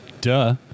Duh